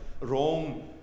wrong